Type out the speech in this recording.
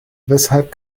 weshalb